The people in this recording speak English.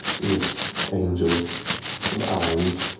this angel of irons.